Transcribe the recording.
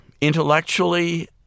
intellectually